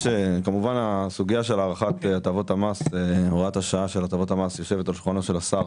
הסוגיה של הארכת הוראת השעה של הטבות המס יושבת על שולחנו של השר